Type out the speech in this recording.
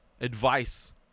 advice